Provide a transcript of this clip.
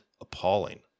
appalling